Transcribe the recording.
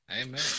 amen